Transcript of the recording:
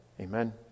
Amen